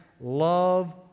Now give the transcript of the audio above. Love